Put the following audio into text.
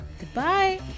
Goodbye